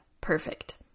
perfect